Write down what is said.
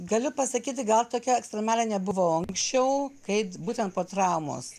galiu pasakyti gal tokia ekstremalė nebuvau anksčiau kaip būtent po traumos